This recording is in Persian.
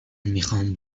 میخوام